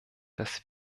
dass